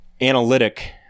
analytic